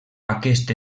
aquest